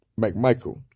McMichael